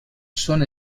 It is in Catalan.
són